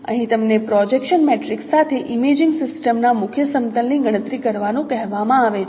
અહીં તમને projection matrix સાથે ઇમેજિંગ સિસ્ટમ ના મુખ્ય સમતલ ની ગણતરી કરવાનું કહેવામાં આવે છે